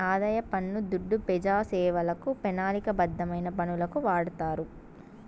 ఆదాయ పన్ను దుడ్డు పెజాసేవలకు, పెనాలిక బద్ధమైన పనులకు వాడతారు